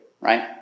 right